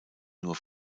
nur